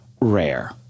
Rare